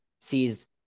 sees